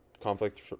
conflict